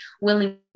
willing